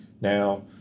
Now